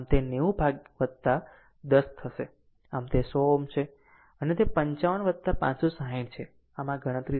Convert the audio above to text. આમ તે 90 10 છે આમ તે 100 છે અને તે 55 560 છે આમ આ ગણતરી ત્યાં છે